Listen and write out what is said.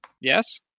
Yes